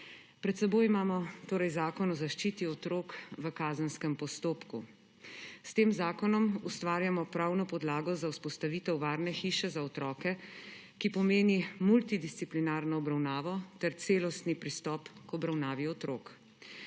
Pred seboj imamo torej zakon o zaščiti otrok v kazenskem postopku. S tem zakonom ustvarjamo pravno podlago za vzpostavitev varne hiše za otroke, ki pomeni multidisciplinarno obravnavo ter celostni pristop k obravnavi otrok.